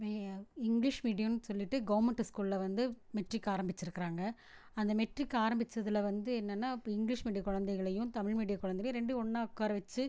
English மீடியம்னு சொல்லிட்டு government ஸ்கூல்ல வந்து மெட்ரிக் ஆரமிச்சிருக்கிறாங்க அந்த மெட்ரிக் ஆரம்பிச்சதில் வந்து என்னன்னா இப்போ இங்கிலீஷ் மீடியக் குழந்தைகளையும் தமிழ் மீடியக் குழந்தைகளையும் ரெண்டையும் ஒன்றா உட்கார வச்சு